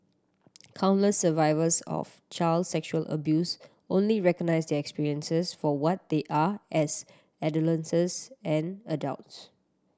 countless survivors of child sexual abuse only recognise their experiences for what they are as adolescence and adults